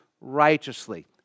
righteously